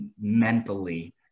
mentally